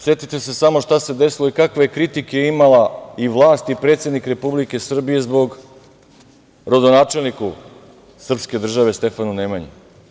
Setite se šta se desilo i kakve kritike je imala i vlast i predsednik Republike Srbije zbog rodonačelnika srpske države Stefana Nemanje.